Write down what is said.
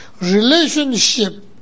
Relationship